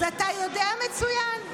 אז אתה יודע מצוין.